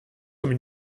comme